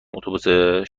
اتوبوس